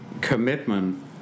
commitment